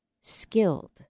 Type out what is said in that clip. skilled